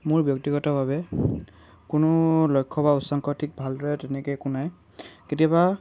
মোৰ ব্যক্তিগতভাৱে কোনো লক্ষ্য বা উচ্চাকাংক্ষা ঠিক ভালদৰে তেনেকৈ একো নাই কেতিয়াবা